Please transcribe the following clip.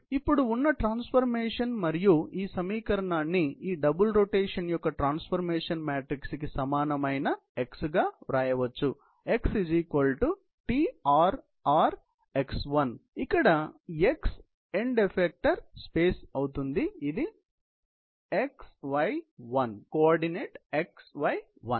కాబట్టి ఇప్పుడు ఉన్న ట్రాన్స్ఫర్మేషన్ మరియు ఈ సమీకరణాన్ని ఈ డబుల్ రొటేషన్ యొక్క ట్రాన్స్ఫర్మేషన్ మ్యాట్రిక్స్ కి సమానమైన x గా వ్రాయవచ్చు x TRR x1 ఇక్కడ x ఎండ్ ఎఫెక్టార్ స్పేస్ అవుతుంది ఇది x y 1 కోఆర్డినేట్